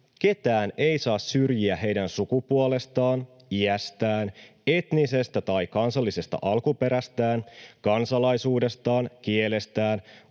”Ketään ei saa syrjiä heidän sukupuolestaan, iästään, etnisestä tai kansallisesta alkuperästään, kansalaisuudestaan, kielestään,